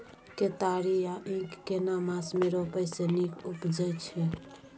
केतारी या ईख केना मास में रोपय से नीक उपजय छै?